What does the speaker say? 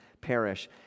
perish